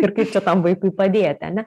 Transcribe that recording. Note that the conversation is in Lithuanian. ir kaip čia tam vaikui padėti ane